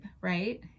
right